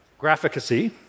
Graphicacy